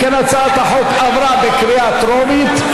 אם כן, הצעת החוק עברה בקריאה טרומית,